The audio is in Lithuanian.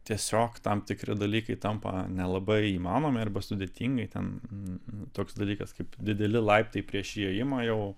tiesiog tam tikri dalykai tampa nelabai įmanomi arba sudėtingi ten toks dalykas kaip dideli laiptai prieš įėjimą jau